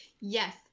Yes